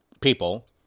people